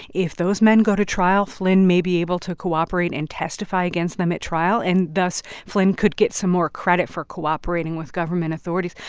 if those men go to trial, flynn may be able to cooperate and testify against them at trial, and thus, flynn could get some more credit for cooperating with government authorities.